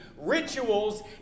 rituals